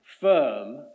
firm